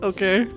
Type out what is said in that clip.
Okay